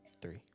three